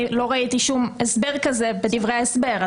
לא ראיתי שום הסבר כזה בדברי ההסבר.